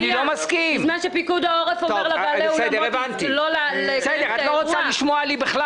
בזמן שפיקוד העורף אומר לבעלי האולמות לא לקיים את האירוע.